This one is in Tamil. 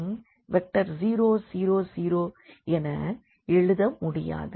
எப்போதும் 0 0 0 என எழுத முடியாது